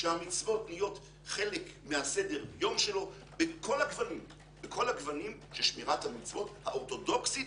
שהמצוות נהיות חלק מסדר היום שלו בכל הגוונים של שמירת המצוות האורתודוכסית